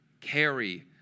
carry